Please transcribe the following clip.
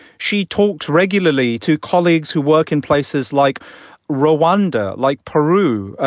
she talked regularly to colleagues who work in places like rwanda, like peru,